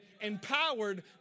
Empowered